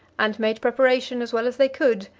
and made preparation, as well as they could,